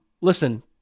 listen